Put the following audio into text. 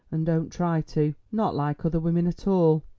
and don't try to. not like other women at all,